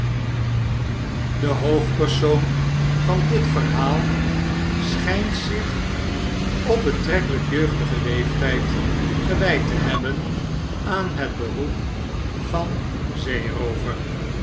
de hoofdpersoon van dit verhaal schijnt zich op betrekkelijk jeugdigen leeftijd gewijd te hebben aan het beroep van zeeroover